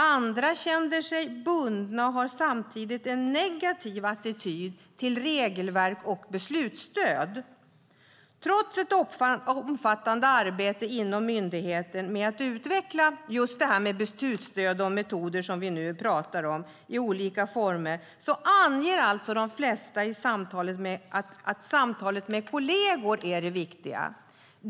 Andra känner sig bundna och har samtidigt en negativ attityd till regelverk och beslutsstöd. Trots ett omfattande arbete inom myndigheten med att utveckla just detta med beslutsstöd och metoder i olika former, som vi nu pratar om, anger alltså de flesta att samtalet med kolleger är det viktiga.